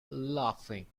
laughing